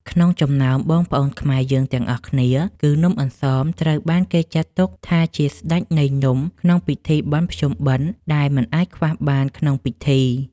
ក្នុងចំណោមបងប្អូនខ្មែរយើងទាំងអស់គ្នាគឺ នំអន្សមត្រូវបានគេចាត់ទុកថាជាស្ដេចនៃនំក្នុងពិធីបុណ្យភ្ជុំបិណ្ឌដែលមិនអាចខ្វះបានក្នុងពិធី។